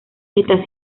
está